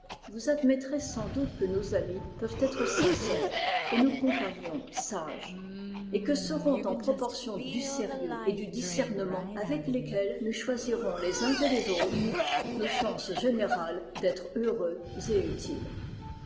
vous admettrez sans doute que nos amis peuvent être sincères et nos compagnons sages et que seront en proportion du sérieux et du discernement avec lesquels nous choisirons les uns et les autres nos chances générales d'être heureux et utiles